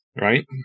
right